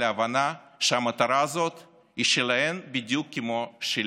על ההבנה שהמטרה הזאת היא שלהן בדיוק כמו שלי.